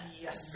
yes